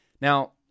Now